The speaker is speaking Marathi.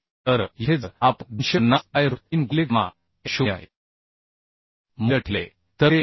तर येथे जर आपण 250 बाय रूट 3 गुणिले गॅमा m0 हे मूल्य ठेवले तर ते 1